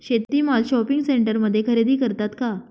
शेती माल शॉपिंग सेंटरमध्ये खरेदी करतात का?